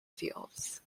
fields